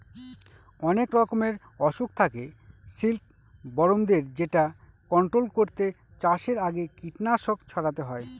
অনেক রকমের অসুখ থাকে সিল্কবরমদের যেটা কন্ট্রোল করতে চাষের আগে কীটনাশক ছড়াতে হয়